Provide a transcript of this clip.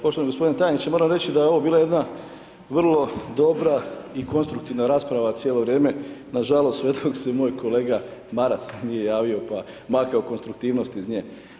Poštovani g. tajniče, moram reći da je ovo bila jedna vrlo dobra i konstruktivna rasprava cijelo vrijeme, nažalost, sve dok se moj kolega Maras nije javio, pa makao konstruktivnost iz nje.